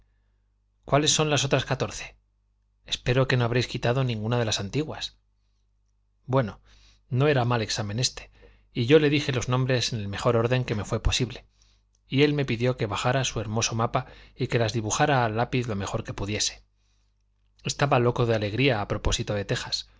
cuáles son las otras catorce espero que no habréis quitado ninguna de las antiguas bueno no era mal examen éste y yo le dije los nombres en el mejor orden que me fué posible y él me pidió que bajara su hermoso mapa y que las dibujara al lápiz lo mejor que pudiese estaba loco de alegría a propósito de tejas